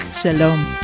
shalom